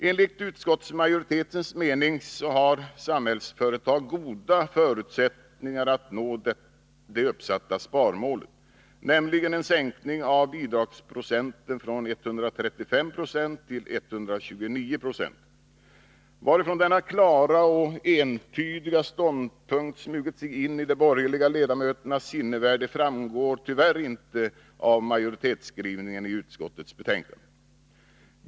Enligt utskottsmajoritetens mening har Samhällsföretag goda förutsättningar att nå det uppsatta sparmålet, nämligen en sänkning av bidragsprocenten från 135 96 till 129 96. Varifrån denna klara och entydiga ståndpunkt har smugit sig in i de borgerliga ledamöternas sinnevärld framgår tyvärr inte av majoritetsskrivningen i utskottets betänkande.